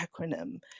acronym